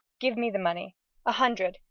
give me the money a hundred,